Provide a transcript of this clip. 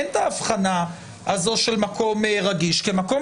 אין את האבחנה של מקום רגיש כי מקום